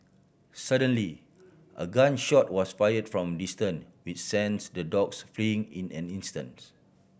suddenly a gun shot was fired from a distance with sends the dogs fleeing in an instants